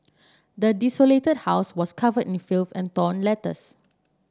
the desolated house was covered in filth and torn letters